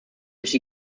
she